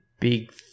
big